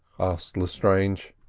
asked lestrange.